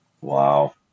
Wow